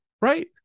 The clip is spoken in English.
Right